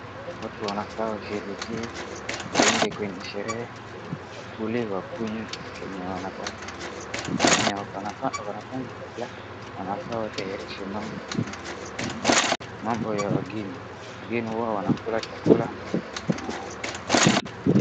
Watu wanafaa washerekee, waende kwenye sherehe, wakule, wakunywe kenye wanataka. Wenye wanafaa wafanye sherehe wanafaa watayarishe mambo ya wageni. Wageni huwa wanakula chakula.